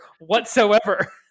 whatsoever